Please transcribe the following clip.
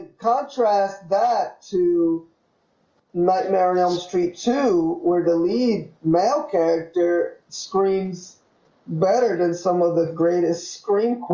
contrast that to night marry on the street to where the lead male character screams better than some of the greatest scream